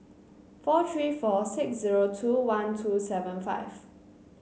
four three four six zero two one two seven five